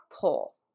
pull